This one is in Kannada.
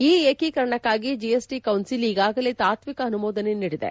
ಈ ಏಕೀಕರಣಕ್ನಾಗಿ ಜೆಎಸ್ ಟಿ ಕೌನ್ಸಿಲ್ ಈಗಾಗಲೇ ತಾತ್ವಿಕ ಅನುಮೋದನೆ ನೀಡಿದೆ